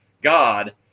god